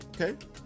Okay